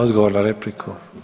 Odgovor na repliku.